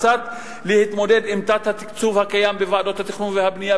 קצת להתמודד עם תת-התקצוב הקיים בוועדות התכנון והבנייה,